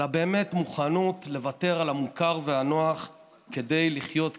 אלא באמת מוכנות לוותר על המוכר והנוח כדי לחיות כאן,